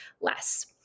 less